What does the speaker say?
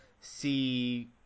see